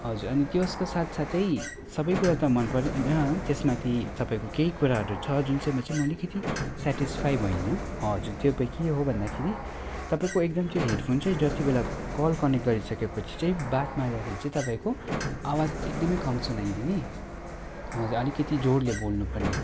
हजुर अनि त्यसको साथ साथै सबै कुरा त मन परेन त्यसमाथि तपाईँको केही कुराहरू छ जुन चाहिँमा चाहिँ म अलिकति सेटिसफाई भइनँ हजुर त्यो त के हो भन्दाखेरि तपाईँको एकदम त्यो हेडफोन चाहिँ जति बेला कल कनेक्ट गरिसकेपछि चाहिँ बात मार्दाखेरि चाहिँ तपाईँको आवाज एकदमै कम सुनाइदिने हजुर अलिकति जोडले बोल्नुपर्ने